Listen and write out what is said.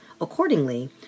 Accordingly